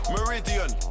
Meridian